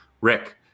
Rick